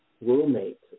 roommate